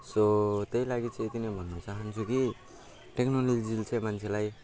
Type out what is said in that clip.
so त्यही लागि चाहिँ यति नै भन्नु चाहन्छु कि टेक्नोलोजीले चाहिँ मान्छेलाई